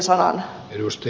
arvoisa puhemies